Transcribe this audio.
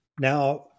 Now